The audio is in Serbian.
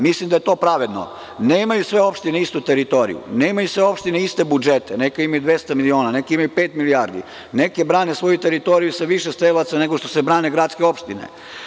Mislim da je to pravedno, nemaju sve opštine istu teritoriju, nemaju sve opštine iste budžete, neke imaju 200 miliona, neke imaju pet milijardi, neke brane svoju teritoriju sa više strelaca nego što se brane gradske opštine.